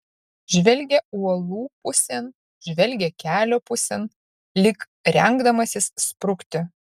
žvelgia uolų pusėn žvelgia kelio pusėn lyg rengdamasis sprukti